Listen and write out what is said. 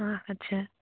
অঁ আচ্ছা